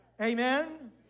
Amen